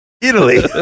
Italy